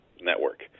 network